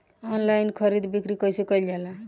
Online खरीद बिक्री कइसे कइल जाला?